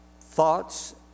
thoughts